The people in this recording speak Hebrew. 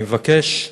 אני מבקש,